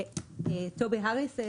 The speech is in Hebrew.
טובי הריס,